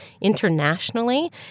internationally